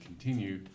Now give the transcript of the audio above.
continue